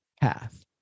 path